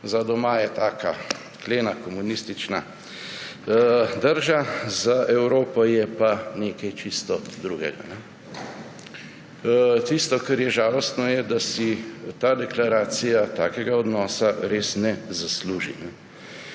Za doma je taka klena komunistična drža, za Evropo je pa nekaj čisto drugega. Tisto, kar je žalostno, je, da si ta deklaracija takega odnosa res ne zasluži.